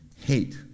hate